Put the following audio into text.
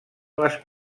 les